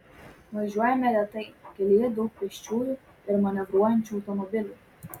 važiuojame lėtai kelyje daug pėsčiųjų ir manevruojančių automobilių